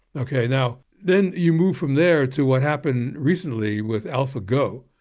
okay, now then you move from there to what happened recently with alphago.